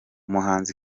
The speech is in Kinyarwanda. umuhanzi